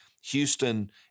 Houston